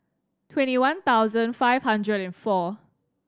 twenty one thousand five hundred and four